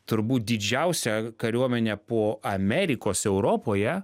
turbūt didžiausia kariuomene po amerikos europoje